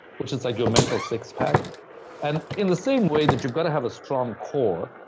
which is like your mental six-pack and in the same way that you've got to have a strong core,